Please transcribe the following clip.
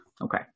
Okay